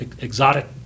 exotic